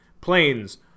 Planes